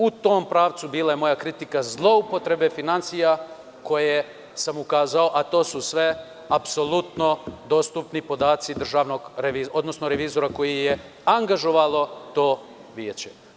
U tom pravcu bila je moja kritika zloupotrebe finansija na koju sam ukazao, a to su sve dostupni podaci revizora koga je angažovalo to Vijeće.